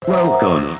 Welcome